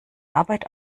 arbeit